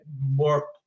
more